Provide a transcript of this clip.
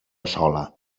sola